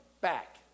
back